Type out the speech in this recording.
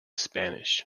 spanish